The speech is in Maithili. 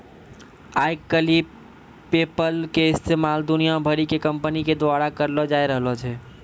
आइ काल्हि पेपल के इस्तेमाल दुनिया भरि के कंपनी के द्वारा करलो जाय रहलो छै